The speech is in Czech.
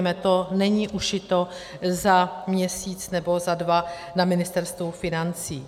To není ušito za měsíc nebo za dva na Ministerstvu financí.